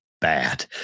bad